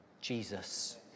Jesus